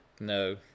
No